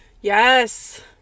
Yes